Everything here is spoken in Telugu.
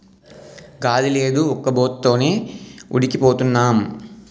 గాలి లేదు ఉక్కబోత తోనే ఉడికి పోతన్నాం